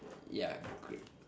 ya great